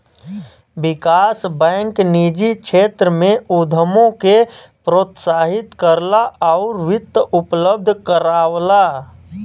विकास bank निजी क्षेत्र में उद्यमों के प्रोत्साहित करला आउर वित्त उपलब्ध करावला